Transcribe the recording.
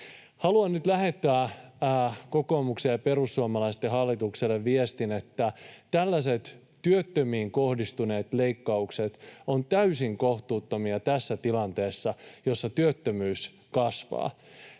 Haluan nyt lähettää kokoomuksen ja perussuomalaisten hallitukselle viestin, että tällaiset työttömiin kohdistuneet leikkaukset ovat täysin kohtuuttomia tässä tilanteessa, jossa työttömyys kasvaa.”